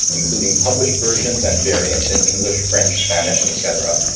including published versions and variants in english, french, spanish, et cetera,